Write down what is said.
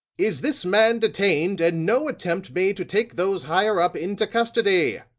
is this man detained and no attempt made to take those higher up into custody?